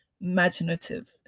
imaginative